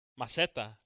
maceta